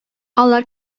алар